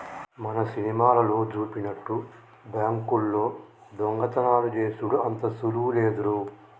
మన సినిమాలల్లో జూపినట్టు బాంకుల్లో దొంగతనాలు జేసెడు అంత సులువు లేదురో